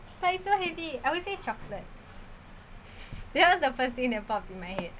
like it's so heavy I would say chocolate that was the first thing that popped in my head